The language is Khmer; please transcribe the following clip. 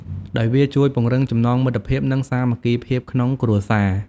ដោយវាជួយ ពង្រឹងចំណងមិត្តភាព និងសាមគ្គីភាពក្នុងគ្រួសារ។